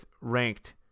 ranked